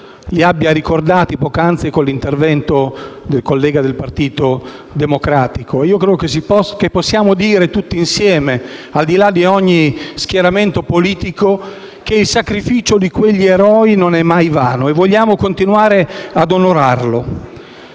li abbia ricordati poc'anzi con l'intervento del collega del Partito Democratico. Credo che possiamo dire tutti insieme - al di là di ogni schieramento politico - che il sacrificio di quegli eroi non è mai vano, e vogliamo continuare a onorarlo.